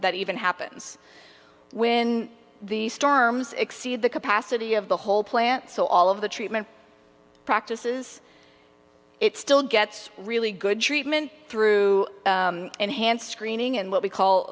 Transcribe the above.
that even happens when the storms exceed the capacity of the whole plant so all of the treatment practices it still gets really good treatment through enhanced screening and what we call